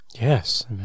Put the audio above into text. Yes